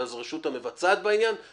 ממשיכים קדימה.